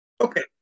Okay